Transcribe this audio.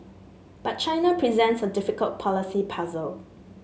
but China presents a difficult policy puzzle